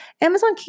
Amazon